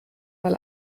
mal